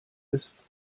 ist